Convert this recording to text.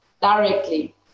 directly